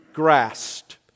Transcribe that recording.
grasped